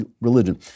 religion